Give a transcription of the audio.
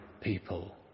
people